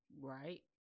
Right